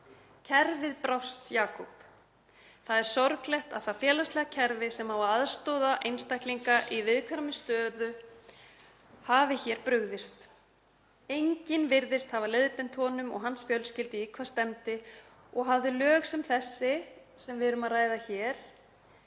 Kerfið brást Jakubi. Það er sorglegt að það félagslega kerfi sem á að aðstoða einstaklinga í viðkvæmri stöðu hafi brugðist. Enginn virðist hafa leiðbeint honum og hans fjölskyldu um í hvað stefndi og hefðu lög sem þau sem við erum að ræða hér